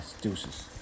deuces